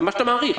מה שאתה מעריך,